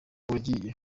wagiye